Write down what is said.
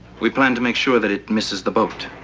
we plan to make sure that it misses the boat.